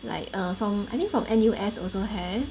like err from I think from N_U_S also have